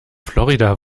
florida